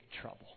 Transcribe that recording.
trouble